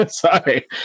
Sorry